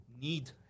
need